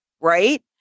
right